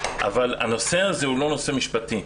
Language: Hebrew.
אבל הנושא הזה הוא לא נושא משפטי.